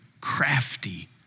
crafty